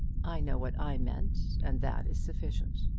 i know what i meant, and that is sufficient.